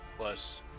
plus